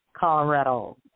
Colorado